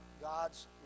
God's